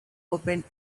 opened